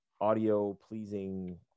audio-pleasing